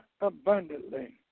abundantly